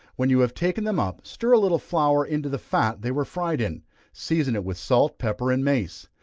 when you have taken them up, stir a little flour into the fat they were fried in season it with salt, pepper, and mace.